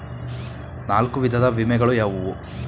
ನಾಲ್ಕು ವಿಧದ ವಿಮೆಗಳು ಯಾವುವು?